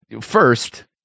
First